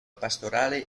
pastorale